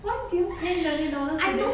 why did you pay twenty dollars to them